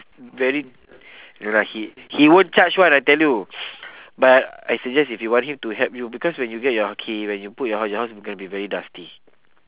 very no lah he he won't charge [one] I tell you but I suggest if you want him to help you because when you get your key when you put your house your house is gonna be very dusty